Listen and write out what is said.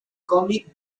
cómic